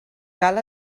cal